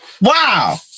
wow